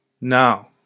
Now